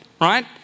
Right